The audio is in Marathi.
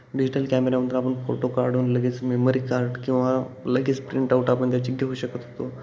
डिजीटल कॅमेऱ्यामधून आपण फोटो काढून लगेच मेमरी कार्ड किंवा लगेच प्रिंटआऊट आपण त्याची घेऊ शकत होतो